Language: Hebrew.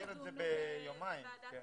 היום קריאה ראשונה, אחר כך ידונו בוועדת הכספים,